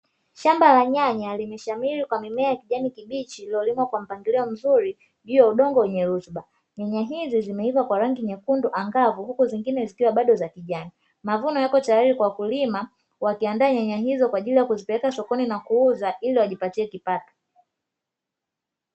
Shamba la nyanya limeshamili kwa mimea ya kijani kibichi iliyolimwa kwa mpangilio mzuri juu ya udongo wenye rutuba, nyanya hizi zimeiva kwa rangi ya nyekundu angavu huku zingine zikiwa bado za kijani. Mavuno yako tayari kwa wakulima wakiandaa nyanya hizo kwa ajili ya kupeleka sokoni na kuuza ili wajipatie kipato.